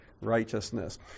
righteousness